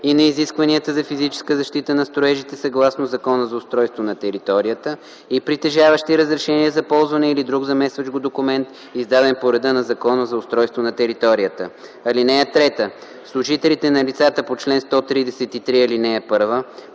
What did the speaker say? и на изискванията за физическа защита на строежите съгласно Закона за устройство на територията и притежаващи разрешение за ползване или друг заместващ го документ, издаден по реда на Закона за устройство на територията. (3) Служителите на лицата по чл. 133, ал. 1